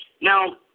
Now